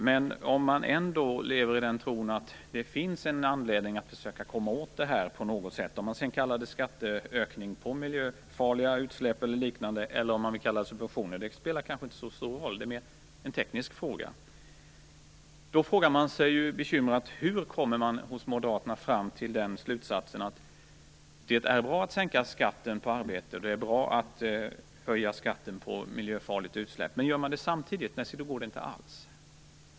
Men om de ändå lever i den tron att det finns en anledning att försöka komma åt detta på något sätt, frågar man sig bekymrat hur Moderaterna kommer fram till den slutsatsen att det är bra att sänka skatten på arbete och att höja skatten på miljöfarligt utsläpp, men om görs det samtidigt så går det inte alls. Om man sedan kallar det skatteökning på miljöfarliga utsläpp eller liknande, eller om man vill kalla det subventioner spelar kanske inte så stor roll. Det är mer en teknisk fråga.